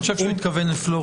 אני חושב שהוא התכוון לפלורידה.